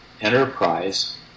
enterprise